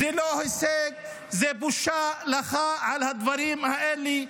זה לא הישג, זו בושה לך הדברים האלה.